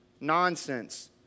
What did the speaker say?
nonsense